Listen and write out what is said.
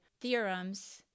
theorems